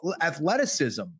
athleticism